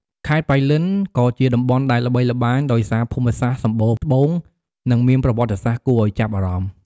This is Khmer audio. ខេត្តប៉ៃលិនក៍ជាតំបន់ដែលល្បីល្បាញដោយសារភូមិសាស្ត្រសម្បូរត្បូង និងមានប្រវត្តិសាស្រ្តគួរឲ្យចាប់អារម្មណ៍។